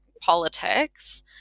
politics